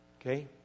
Okay